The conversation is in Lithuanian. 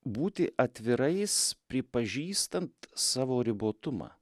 būti atvirais pripažįstant savo ribotumą